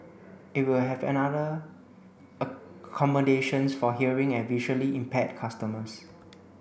it will have another accommodations for hearing and visually impaired customers